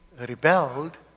rebelled